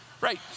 Right